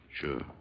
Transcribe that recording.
Sure